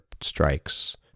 strikes